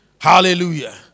Hallelujah